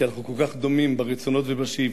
כי אנחנו כל כך דומים ברצונות ובשאיפות,